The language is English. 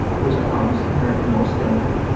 which i thought was inherently more scalable.